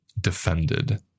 defended